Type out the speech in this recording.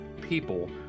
people